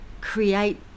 create